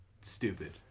stupid